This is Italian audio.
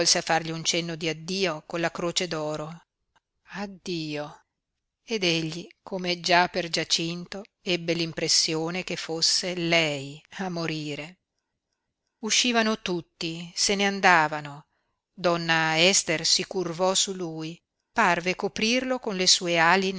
a fargli un cenno di addio con la croce d'oro addio ed egli come già per giacinto ebbe l'impressione che fosse lei a morire uscivano tutti se ne andavano donna ester si curvò su lui parve coprirlo con le sue